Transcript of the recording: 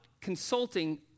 consulting